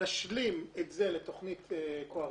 נשלים את זה לתוכנית קוהרנטית.